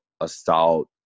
assault